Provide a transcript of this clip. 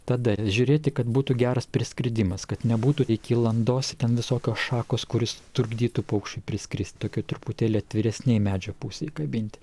tada žiūrėti kad būtų geras priskridimas kad nebūtų iki landos ten visokios šakos kuris trukdytų paukščiui priskrist tokioj truputėlį atviresnėj medžio pusėj kabinti